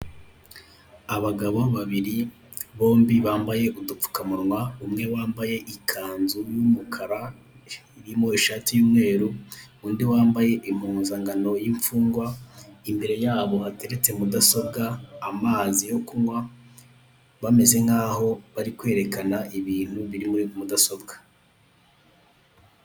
Abagabo babiri bombi bambaye udupfukamunwa, umwe wambaye ikanzu y'umukara irimo ishati y'umweru, undi wambaye impuzankano y'imfungwa imbere yabo hateretse mudasobwa, amazi yo kunywa bameze nkaho barikwerekana ibintu biri muri mudasobwa.